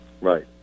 right